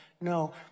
No